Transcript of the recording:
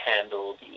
handled